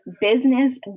Business